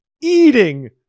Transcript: eating